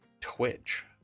Twitch